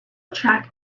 track